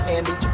Andy